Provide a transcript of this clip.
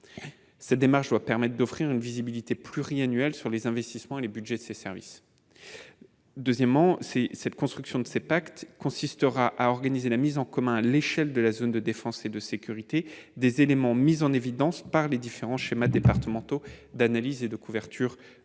Cette démarche doit permettre d'offrir une visibilité pluriannuelle sur les investissements et les budgets de ces services. La construction de ces pactes consistera à organiser la mise en commun, à l'échelle de la zone de défense et de sécurité, des éléments mis en évidence par les différents schémas départementaux d'analyse et de couverture